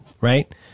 right